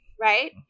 right